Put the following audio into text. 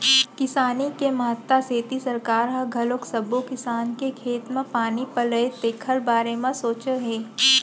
किसानी के महत्ता सेती सरकार ह घलोक सब्बो किसान के खेत म पानी पलय तेखर बारे म सोचे हे